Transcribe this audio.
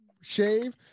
shave